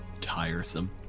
tiresome